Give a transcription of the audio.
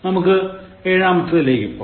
നമുക്ക് എഴാമാത്തെതിലേക്ക് പോകാം